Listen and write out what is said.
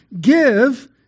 Give